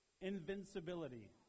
Invincibility